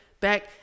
Back